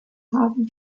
haben